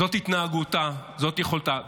זאת התנהגותה, זאת יכולתה.